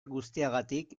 guztiagatik